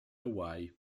hawaii